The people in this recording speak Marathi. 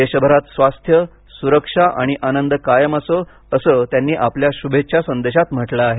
देशभरात स्वास्थ्य सुरक्षा आणि आनंद कायम असो असं त्यांनी आपल्या शुभेच्छा संदेशात म्हटलं आहे